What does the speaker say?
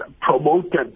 promoted